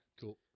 Cool